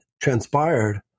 transpired